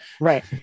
Right